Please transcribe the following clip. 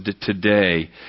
today